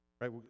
right